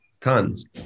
tons